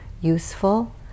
useful